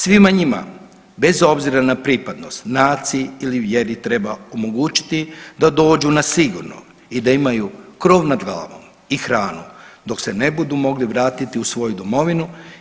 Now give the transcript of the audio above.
Svima njima bez obzira na pripadnost naciji ili vjeri treba omogućiti da dođu na sigurno i da imaju krov nad glavom i hranom dok se ne budu mogli vratiti u svoju domovinu.